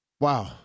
Wow